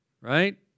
Right